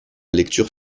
lecture